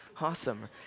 Awesome